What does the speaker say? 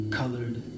colored